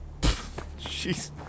jeez